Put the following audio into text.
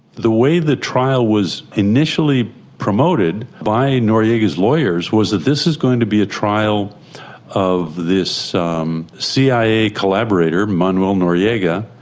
the way the trial was initially promoted by noriega's lawyers, was that this is going to be a trial of this um cia collaborator, manuel noriega,